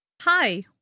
Hi